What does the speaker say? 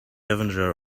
avenger